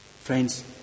friends